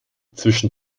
zwischen